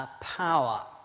power